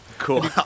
cool